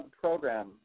program